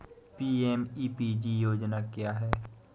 PMEPG योजना क्या है?